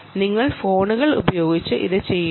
നിങ്ങൾക്ക് ഫോണുകൾ ഉപയോഗിച്ച് ഇത് ചെയ്യാം